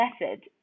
method